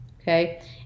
okay